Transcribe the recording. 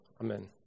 Amen